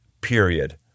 period